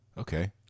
Okay